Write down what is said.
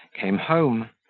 came home,